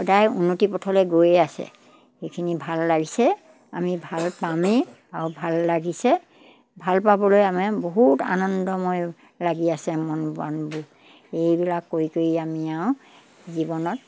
সদায় উন্নতি পথলৈ গৈয়ে আছে সেইখিনি ভাল লাগিছে আমি ভাল পামেই আৰু ভাল লাগিছে ভাল পাবলৈ আমি বহুত আনন্দময় লাগি আছে মন প্ৰাণবোৰ এইবিলাক কৰি কৰি আমি আৰু জীৱনত